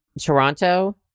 Toronto